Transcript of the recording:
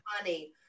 money